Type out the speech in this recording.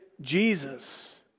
Jesus